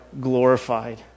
glorified